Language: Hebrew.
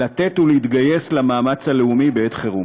לתת ולהתגייס למאמץ הלאומי בעת חירום.